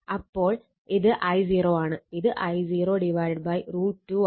അപ്പോൾ ഇത് I0 ആണ് ഇത് I0 √ 2 ആണ്